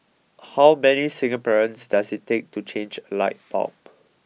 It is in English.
how many Singaporeans does it take to change a light bulb